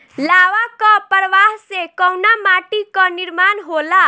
लावा क प्रवाह से कउना माटी क निर्माण होला?